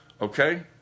Okay